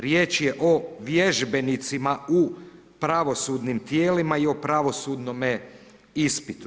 Riječ je o vježbenicima u pravosudnim tijelima i o pravosudnome ispitu.